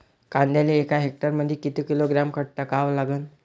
कांद्याले एका हेक्टरमंदी किती किलोग्रॅम खत टाकावं लागन?